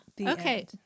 Okay